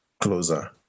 closer